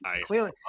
clearly